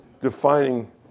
defining